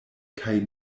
kaj